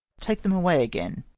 take them away again,